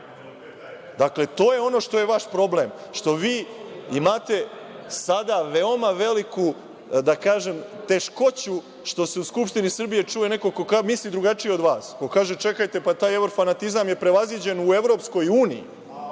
Dakle, to je ono što je vaš problem, što vi imate sada veoma veliku, da kažem, teškoću što se u Skupštini Srbije čuje neko ko kaže i misli drugačije od vas, ko kaže – čekajte pa taj evrofanatizam je prevaziđen u EU, pa EU više